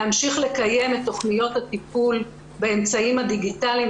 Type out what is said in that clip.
להמשיך לקיים את תכניות הטיפול באמצעים הדיגיטליים.